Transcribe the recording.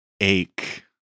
Ache